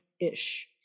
ish